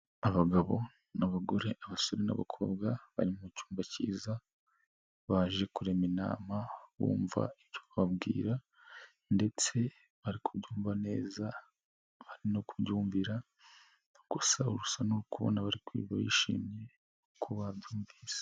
Abagabo n'abagore abasore n'abakobwa bari mu cyumba kiza baje kurema inama bumva ibyo bababwira, ndetse bari kubyumva neza, bari no kubyumvira gusa bisa no kubona ababa bishimiye uko babyumvise.